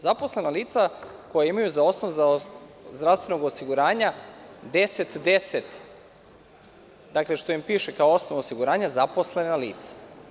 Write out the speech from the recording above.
Zaposlena lica koja imaju za osnov zdravstvenog osiguranja 1010, gde im piše kao osnov osiguranja – zaposlena lica.